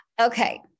Okay